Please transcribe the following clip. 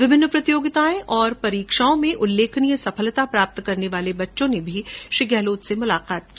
विभिन्न प्रतियोगिताओं और परीक्षाओं में उल्लेखनीय सफलता प्राप्त करने वाले बच्चों ने श्री गहलोत से मुलाकात की